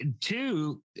two